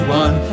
one